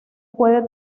puede